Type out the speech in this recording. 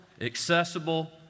accessible